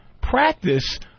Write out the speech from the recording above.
practice